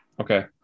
Okay